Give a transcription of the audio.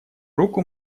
руку